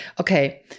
okay